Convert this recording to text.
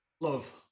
Love